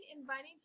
inviting